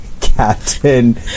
Captain